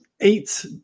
eight